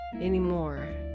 anymore